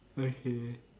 okay